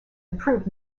improved